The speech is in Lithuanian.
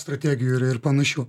strategijų yra ir panašių